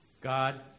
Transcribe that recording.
God